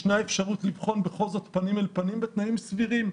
ישנה אפשרות לבחון בכל זאת פנים אל פנים בתנאים סבירים,